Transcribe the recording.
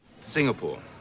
Singapore